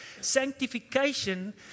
sanctification